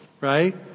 right